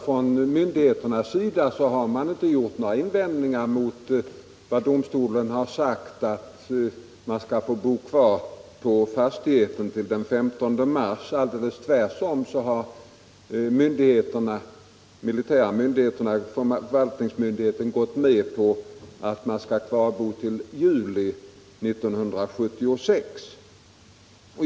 Från myndigheternas sida har man inte gjort några invändningar mot vad domstolen har sagt — att vederbörande bör få bo kvar på fastigheten till den 15 mars. Tvärtom har den militära förvaltningsmyndigheten gått med på att vederbörande skall kvarbo till juli 1976.